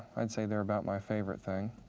i'd say they're about my favorite thing.